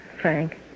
Frank